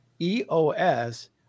EOS